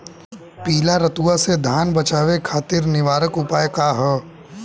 पीला रतुआ से धान बचावे खातिर निवारक उपाय का ह?